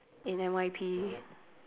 in N_Y_P